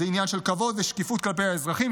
זה עניין של כבוד ושקיפות כלפי האזרחים,